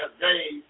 days